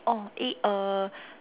oh eh uh